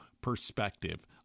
perspective